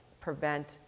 prevent